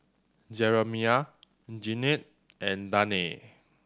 Jeramiah Jennette and Danae